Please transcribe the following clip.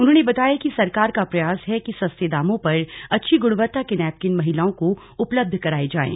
उन्होंने बताया कि सरकार का प्रयास है कि सस्ते दामों पर अच्छी गुणवत्ता के नैपकिन महिलाओं को उपलब्ध कराएं जाएं